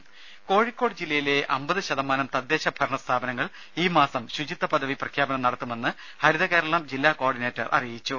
രുമ കോഴിക്കോട് ജില്ലയിലെ അമ്പത് ശതമാനം തദ്ദേശ ഭരണ സ്ഥാപനങ്ങൾ ഈ മാസം ശുചിത്വ പദവി പ്രഖ്യാപനം നടത്തുമെന്ന് ഹരിത കേരളം ജില്ലാ കോർഡിനേറ്റർ അറിയിച്ചു